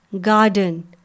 garden